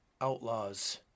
Outlaws